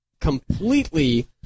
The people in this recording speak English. completely